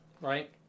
right